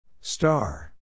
Star